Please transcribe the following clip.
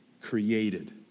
created